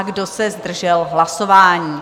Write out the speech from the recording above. Kdo se zdržel hlasování?